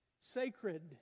Sacred